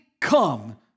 come